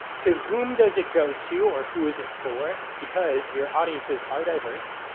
to whom does it go to? or who is it for? because your audiences are diverse,